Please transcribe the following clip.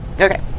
Okay